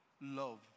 love